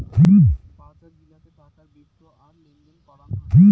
বজার গিলাতে টাকার বেপ্র আর লেনদেন করাং হই